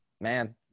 man